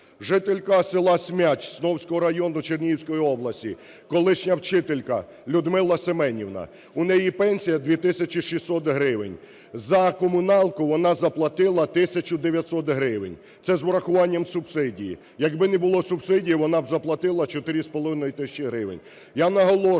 Жителька селаСмяч Сновського району Чернігівської області, колишня вчителька Людмила Семенівна, у неї пенсія 2 тисячі 600 гривень, за комуналку вона заплатила 1 тисячу 900 гривень, це з врахуванням субсидії. Якби не було субсидії, вона б заплатила 4,5 тисячі гривень.